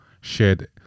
shared